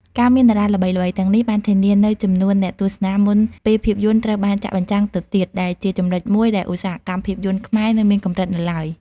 ការមានតារាល្បីៗទាំងនេះបានធានានូវចំនួនអ្នកទស្សនាមុនពេលភាពយន្តត្រូវបានចាក់បញ្ចាំងទៅទៀត ដែលជាចំណុចមួយដែលឧស្សាហកម្មភាពយន្តខ្មែរនៅមានកម្រិតនៅឡើយ។